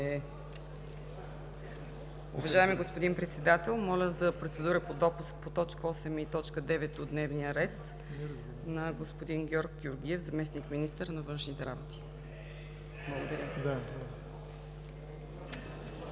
Уважаеми господин Председател, моля за процедура по допуск по т. 8 и т. 9 от дневния ред на господин Георг Георгиев – заместник-министър на външните работи. Благодаря.